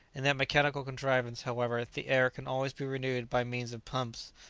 in that mechanical contrivance, however, the air can always be renewed by means of pumps,